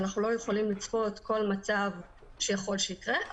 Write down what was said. ואנחנו לא יכולים לצפות כל מצב שיכול שיקרה,